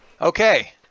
Okay